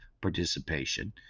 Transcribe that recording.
participation